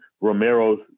Romero's